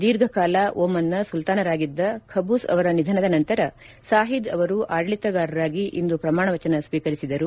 ದೀರ್ಘಕಾಲ ಓಮನ್ನ ಸುಲ್ತಾನರಾಗಿದ್ದ ಖಬೂಸ್ ಅವರ ನಿಧನದ ನಂತರ ಸಾಹಿದ್ ಅವರು ಆಡಳಿತಗಾರರಾಗಿ ಇಂದು ಪ್ರಮಾಣ ವಚನ ಸ್ವೀಕರಿಸಿದರು